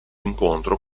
incontro